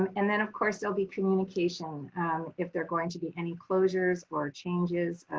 and then of course there'll be communication if they're going to be any closures or changes,